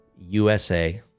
USA